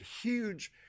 huge